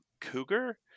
Cougar